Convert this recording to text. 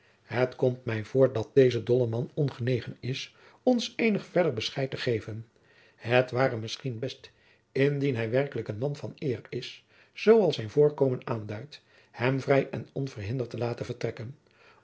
het komt mij voor dat deze dolleman ongenegen is ons eenig verder bescheid te geven het ware misschien best indien hij werkelijk een man van eer is zoo als zijn voorkomen aanduidt hem vrij en onverhinderd te laten vertrekken